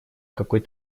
какой